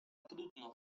bródno